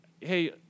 Hey